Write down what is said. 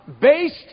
based